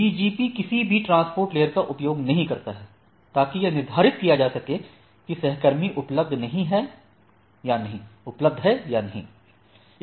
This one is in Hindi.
BGP किसी भी ट्रान्सपोर्ट लेयर का उपयोग नहीं करता है ताकि यह निर्धारित किया जा सके कि सहकर्मी उपलब्ध नहीं हैं या नहीं